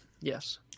Yes